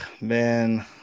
man